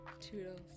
Toodles